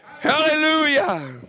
Hallelujah